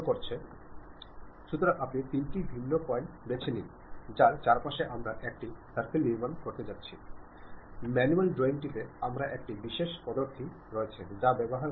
നിങ്ങൾക്കറിയാവുന്നതിനാൽ നിങ്ങളുടെ റിസീവറുകൾക്ക് പരിഗണന നൽകുക ചിലപ്പോൾ നിങ്ങൾ വളരെ കർക്കശക്കാരനായിരിക്കാം മാത്രമല്ല ഉദ്ദേശിച്ച ചില വാക്കുകൾ കൃത്യമായി ഉപയോഗിക്കാൻ നിങ്ങൾക്ക് കഴിഞ്ഞില്ലെന്നു വരാം